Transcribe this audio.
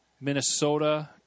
Minnesota